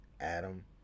Adam